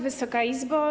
Wysoka Izbo!